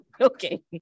Okay